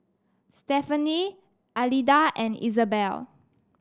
Stefani Alida and Isabel